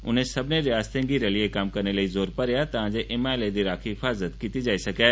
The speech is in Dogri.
उनें सब्बनें रियासतें गी रलियै कम्म करने लेई जोर भरेया तां जो हिमालय दी राक्खी हिफाजत कीती जाई सकै